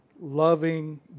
loving